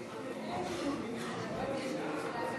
חוק-יסוד: הממשלה (תיקון,